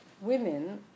women